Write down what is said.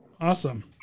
Awesome